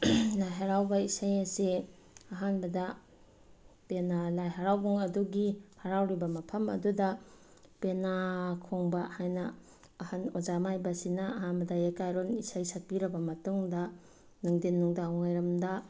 ꯂꯥꯏ ꯍꯔꯥꯎꯕ ꯏꯁꯩ ꯑꯁꯤ ꯑꯍꯥꯟꯕꯗ ꯄꯦꯅꯥ ꯂꯥꯏ ꯍꯔꯥꯎꯐꯝ ꯑꯗꯨꯒꯤ ꯍꯔꯥꯎꯔꯤꯕ ꯃꯐꯝ ꯑꯗꯨꯗ ꯄꯦꯅꯥ ꯈꯣꯡꯕ ꯍꯥꯏꯅ ꯑꯍꯟ ꯑꯣꯖꯥ ꯃꯥꯏꯕ ꯑꯁꯤꯅ ꯑꯍꯥꯟꯕꯗ ꯌꯥꯀꯥꯏꯔꯣꯟ ꯏꯁꯩ ꯁꯛꯄꯤꯔꯕ ꯃꯇꯨꯡꯗ ꯅꯨꯡꯊꯤꯡ ꯅꯨꯡꯗꯥꯡ ꯋꯥꯏꯔꯝꯗ